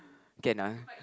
can ah